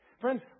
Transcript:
Friends